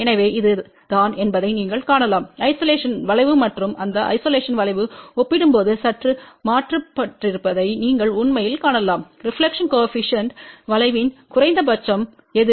எனவே இது தான் என்பதை நீங்கள் காணலாம் ஐசோலேஷன் வளைவு மற்றும் இந்த ஐசோலேஷன் வளைவு ஒப்பிடும்போது சற்று மாற்றப்பட்டிருப்பதை நீங்கள் உண்மையில் காணலாம் ரெப்லக்க்ஷன் கோஏபிசிஎன்ட் வளைவின் குறைந்தபட்சம் எது